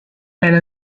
elle